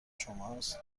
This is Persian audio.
شماست